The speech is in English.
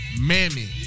mammy